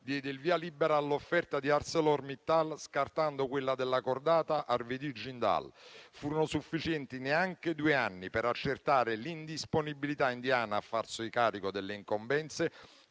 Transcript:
diede il via libera all'offerta di ArcelorMittal, scartando quella della cordata Arvedi Jindal. Furono sufficienti neanche due anni per accertare l'indisponibilità indiana a farsi carico delle incombenze